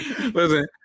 Listen